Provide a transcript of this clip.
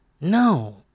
no